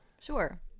Sure